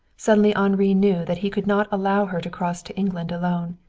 suddenly henri knew that he could not allow her to cross to england alone.